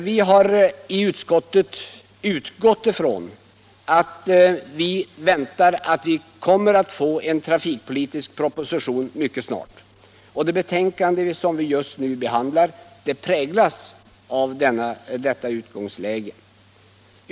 Vi har i utskottet utgått ifrån att vi mycket snart kommer att få en trafikpolitisk proposition. Det betänkande som vi just nu behandlar präglas av detta utgångsläge.